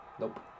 Nope